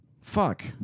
Fuck